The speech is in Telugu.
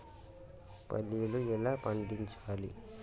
పల్లీలు ఎలా పండించాలి?